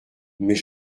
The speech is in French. mais